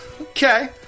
Okay